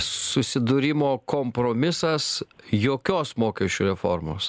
susidūrimo kompromisas jokios mokesčių reformos